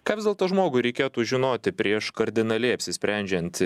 ką vis dėlto žmogui reikėtų žinoti prieš kardinaliai apsisprendžiant